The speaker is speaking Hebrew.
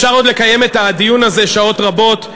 אפשר עוד לקיים את הדיון הזה שעות רבות.